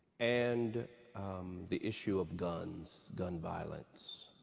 and the issue of gun so gun violence?